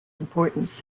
importance